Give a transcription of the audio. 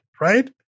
right